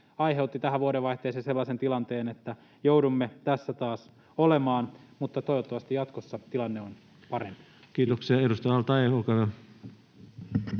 aiheutti tähän vuodenvaihteeseen sellaisen tilanteen, että joudumme tässä taas olemaan. Mutta toivottavasti jatkossa tilanne on parempi. [Speech 134] Speaker: